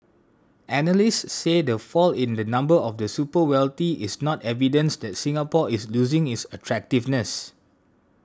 analysts said the fall in the number of the super wealthy is not evidence that Singapore is losing its attractiveness